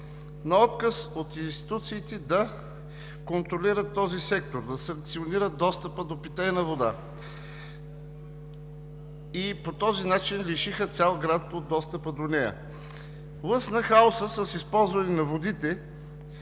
на отказ от институциите да контролират този сектор, да санкционират достъпа до питейна вода и по този начин лишиха цял град от достъпа до нея. Лъсна хаосът с използване на водите